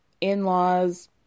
in-laws